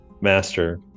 master